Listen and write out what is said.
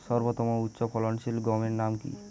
সর্বতম উচ্চ ফলনশীল গমের নাম কি?